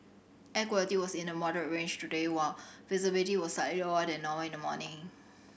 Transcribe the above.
air quality was in the moderate range today while visibility was slightly lower than normal in the morning